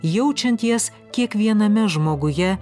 jaučiant jas kiekviename žmoguje